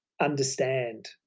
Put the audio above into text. understand